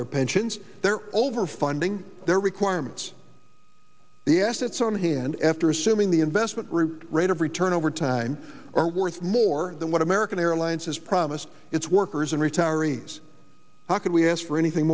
their pensions their overfunding their requirements the assets on hand after assuming the investment return rate of return over time are worth more than what american airlines has promised its workers and retirees how can we ask for anything